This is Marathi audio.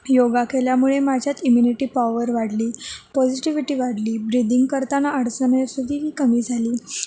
योगा केल्यामुळे माझ्यात इम्युनिटी पावर वाढली पॉझिटिव्हिटी वाढली ब्रिदींग करताना अडचणसुद्धा कमी झाली